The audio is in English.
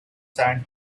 sand